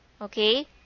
Okay